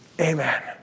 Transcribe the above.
amen